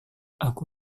aku